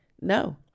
No